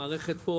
המערכת פה,